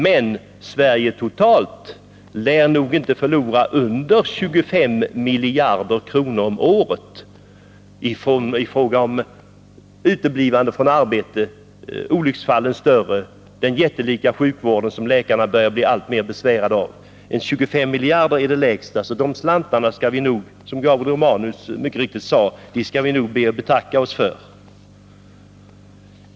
Men Sverige lär totalt inte förlora under 25 miljarder kronor om året på grund av uteblivande från arbete, större antal olycksfall och den jättelika sjukvård som läkarna börjar bli alltmer besvärade av. De slantarna skall vi nog, som Gabriel Romanus mycket riktigt sade, betacka oss för.